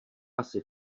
asi